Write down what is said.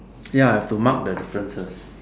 ya have to mark the differences